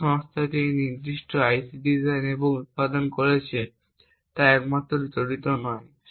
যে সংস্থাটি এই নির্দিষ্ট আইসিটি ডিজাইন এবং উত্পাদন করছে তা একমাত্র জড়িত নয়